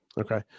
Okay